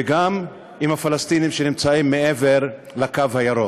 וגם עם הפלסטינים שנמצאים מעבר לקו הירוק.